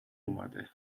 اومده